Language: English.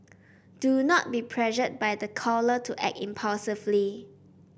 do not be pressured by the caller to act impulsively